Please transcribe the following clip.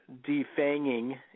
defanging